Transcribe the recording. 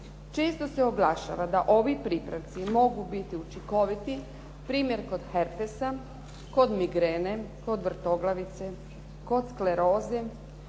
Često se naglašava da ovi pripravci mogu biti učinkoviti, primjer kod herpesa, kod migrene, kod vrtoglavice, kod skleroze,